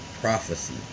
prophecy